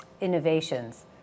innovations